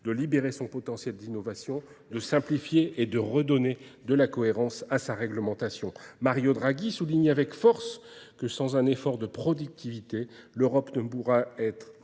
de libérer son potentiel d'innovation, de simplifier et de redonner de la cohérence à sa réglementation. Mario Draghi souligne avec force que sans un effort de productivité, l'Europe ne pourra pas,